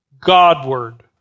Godward